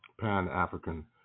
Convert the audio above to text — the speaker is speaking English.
Pan-African